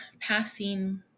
passing